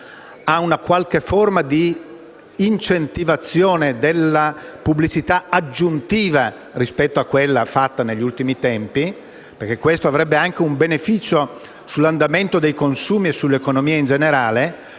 a una qualche forma di incentivazione della pubblicità aggiuntiva rispetto a quella fatta negli ultimi tempi, perché questo produrrebbe anche un beneficio sull'andamento dei consumi e sull'economia in generale.